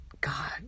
god